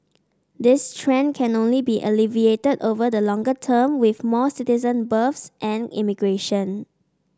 this trend can only be alleviated over the longer term with more citizen births and immigration